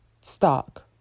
stock